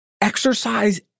exercise